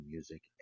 Music